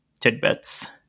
tidbits